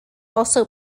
also